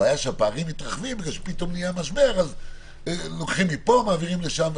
הבעיה כשהפערים מתרחבים וכשפתאום נהיה משבר אז לוקחים מפה ומעבירים לשם,